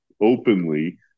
openly